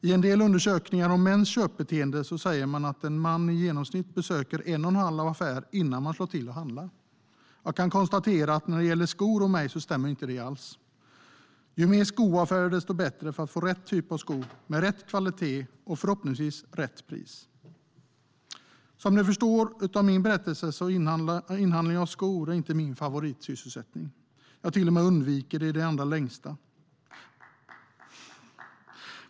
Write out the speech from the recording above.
I en del undersökningar om mäns köpbeteende säger man att en man i genomsnitt besöker en och en halv affär innan han slår till och handlar. Jag kan konstatera att det när det gäller skor och mig inte stämmer alls. Ju fler skoaffärer, desto bättre för att få rätt typ av sko, med rätt kvalitet och förhoppningsvis rätt pris. Som ni förstår av min berättelse är inhandling av skor inte min favoritsysselsättning. Jag till och med undviker det i det allra längsta.